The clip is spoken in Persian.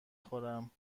خورم